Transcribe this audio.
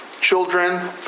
children